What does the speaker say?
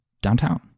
Downtown